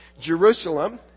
Jerusalem